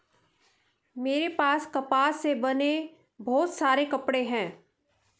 मेरे पास कपास से बने बहुत सारे कपड़े हैं